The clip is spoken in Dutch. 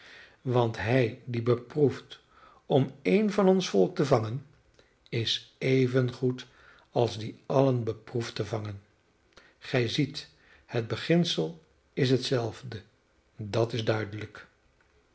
want hij die beproeft om één van ons volk te vangen is evengoed als die allen beproeft te vangen gij ziet het beginsel is hetzelfde dat is duidelijk